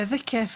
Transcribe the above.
איזה כיף,